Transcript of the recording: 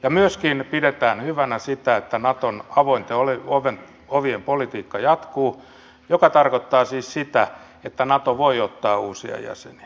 ja myöskin pidetään hyvänä sitä että naton avointen ovien politiikka jatkuu mikä tarkoittaa siis sitä että nato voi ottaa uusia jäseniä